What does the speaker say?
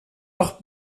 doch